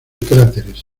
cráteres